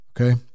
Okay